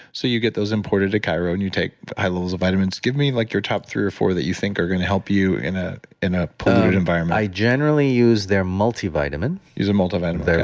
so you get those important to cairo and you take high levels of vitamins. give me like your top three or four that you think are going to help you in ah in a polluted environment i generally use their multivitamin use their